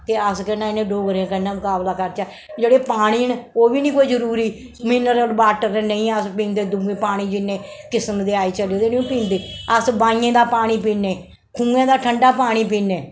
केह् अस केह् नां इ'नें डोगरें कन्नै मकाबला करचै जेह्ड़े पानी न ओह् बी नेईं जरुरी मिनरल वॉटर नेईं अस पींदे दूए पानी जिन्नें किस्म दे अज्ज चले दे न ओह् नेईं पींदे अस बाइयें दा पानी पीन्ने खूहें दा ठंडा पानी पीन्ने